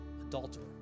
Adulterer